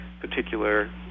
particular